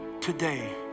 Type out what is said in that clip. today